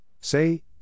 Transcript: say